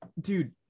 Dude